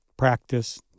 Practice